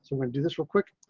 so and do this real quick.